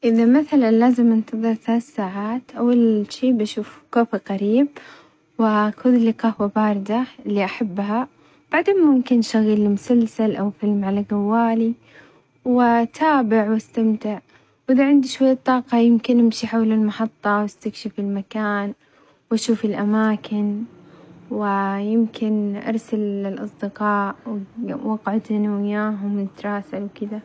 إذا مثلًا لازم أنتظر ثلاث ساعات أول شي بشوف كوفي قريب وآخذلي قهوة باردة اللي أحبها وبعدين ممكن شغل مسلسل أو فيلم على جوالي وأتابع وأستمتع، وإذا عندي شوية طاقة يمكن أمشي حول المحطة وأستكشف المكان وأشوف الأماكن و يمكن أرسل للأصدقاء وأقعد أنا وياهم نتراسل وكده.